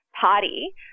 Party